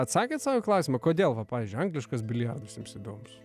atsakėt sau į klausimą kodėl va pavyzdžiui angliškas biliardas jums įdomūs